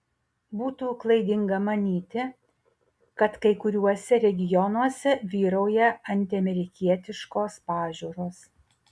būtų klaidinga manyti kad kai kuriuose regionuose vyrauja antiamerikietiškos pažiūros